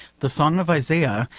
the song of isaiah,